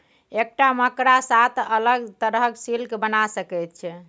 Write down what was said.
एकटा मकड़ा सात अलग तरहक सिल्क बना सकैत छै